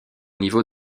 niveau